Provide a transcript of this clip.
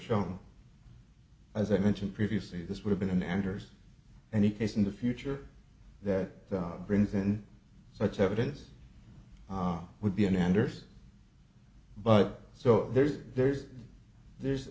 shown as i mentioned previously this would have been anders and the case in the future that brings in such evidence would be an anderson but so there's there's there's